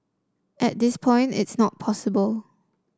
at this point it's not possible